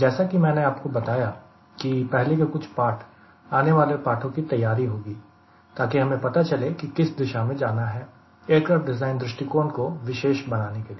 जैसा कि मैंने आपको बताया है कि पहले के कुछ पाठ आने वाले पाठों की तैयारी होगी ताकि हमें पता चले की किस दिशा में जाना है एयरक्राफ़्ट डिज़ाइन दृष्टिकोण को विशेष बनाने के लिए